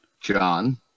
John